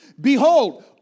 Behold